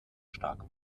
stark